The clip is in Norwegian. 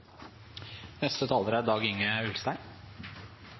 Neste taler er